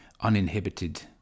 uninhibited